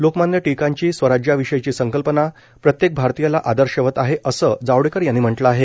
लोकमान्य टिळकांची स्वराज्याविषयीची संकल्पना प्रत्येक भारतीयाला आदर्शवत आहे असं जावडेकर यांनी म्हटलं आहे